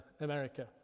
America